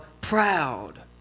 proud